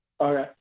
Okay